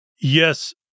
Yes